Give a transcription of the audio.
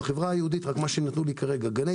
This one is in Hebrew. בחברה היהודית גם יש ישובים כאלה,